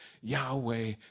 Yahweh